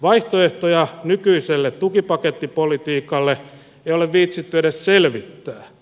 vaihtoehtoja nykyiselle tukipakettipolitiikalle ei ole viitsitty edes selvittää